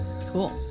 Cool